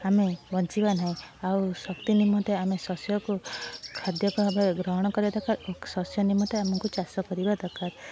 ଆମେ ବଞ୍ଚିବା ନାହିଁ ଆଉ ଶକ୍ତି ନିମନ୍ତେ ଆମେ ଶସ୍ୟକୁ ଖାଦ୍ୟ ଭାବରେ ଗ୍ରହଣ କରିବା ଦରକାର ଓ ଶସ୍ୟ ନିମନ୍ତେ ଆମକୁ ଚାଷ କରିବା ଦରକାର